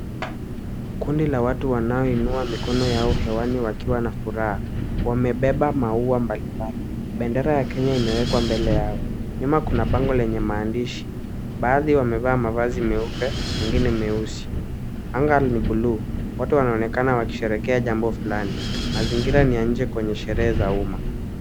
Kundi la watu wanaoinua mikono yao hewani wakiwa na furaha, wamebeba maua mbalimbali. Bendera ya Kenya imeekwa mbele yao. Nyuma kuna bango lenye maandishi Baadhi wamevaa mavazi meupe wengine meusi, anga ni buluu. Watu wanaonekana wakisherehekea jambo fulani. Mazingira ni ya nje kwenye sherehe za umma.